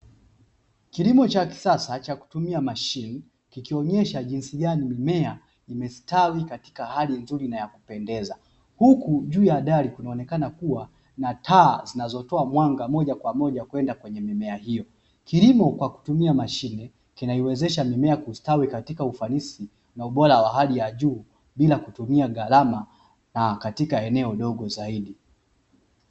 Kilimo cha kisasa cha kutumia mashine ikionyesha jinsi gani mimea imestawi katika hali nzuri na ya kupendeza, huku juu ya dari inaonekana kuwa na taa zinazotoa mwanga moja kwa moja kwenda kwenye mimea hiyo. Kilimo kwa kutumia mashine kinaiwezesha mimea kustawi katika ufanisi na ubora wa hali ya juu bila kutumia gharama katika eneo dogo zaidi.